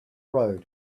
road